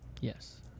Yes